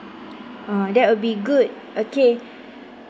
ah that would be good okay